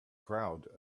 crowd